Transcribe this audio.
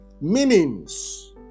meanings